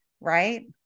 right